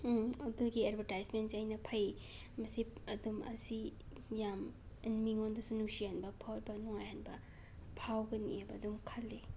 ꯑꯗꯨꯒꯤ ꯑꯦꯗꯕꯔꯇꯥꯏꯁꯃꯦꯟꯁꯦ ꯑꯩꯅ ꯐꯩ ꯃꯁꯤ ꯑꯗꯨꯝ ꯑꯁꯤ ꯌꯥꯝꯅ ꯃꯤꯉꯣꯟꯗꯁꯨ ꯅꯨꯡꯁꯤꯍꯟꯕ ꯐꯥꯎꯕ ꯅꯨꯡꯉꯥꯏꯍꯟꯕ ꯐꯥꯎꯒꯅꯤꯕ ꯑꯗꯨꯝ ꯈꯜꯂꯤ